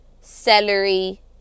celery